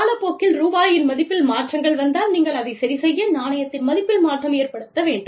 காலப்போக்கில் ரூபாயின் மதிப்பில் மாற்றங்கள் வந்தால் நீங்கள் அதைச் சரிசெய்ய நாணயத்தின் மதிப்பில் மாற்றம் ஏற்படுத்த வேண்டும்